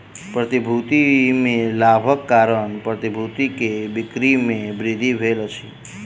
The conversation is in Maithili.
प्रतिभूति में लाभक कारण प्रतिभूति के बिक्री में वृद्धि भेल अछि